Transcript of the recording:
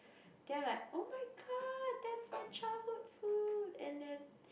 then I'm like oh-my-god that's my childhood food and then